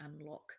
unlock